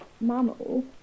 mammal